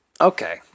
Okay